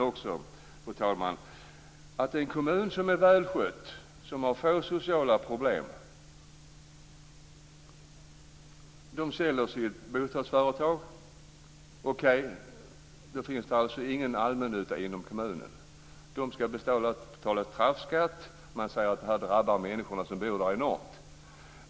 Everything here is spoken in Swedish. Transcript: Om en kommun som är välskött och har få sociala problem säljer sitt bostadsföretag finns det ingen allmännytta inom kommunen. Den skall då betala straffskatt. Man säger att detta drabbar de människor som bor där enormt.